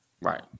Right